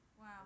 Wow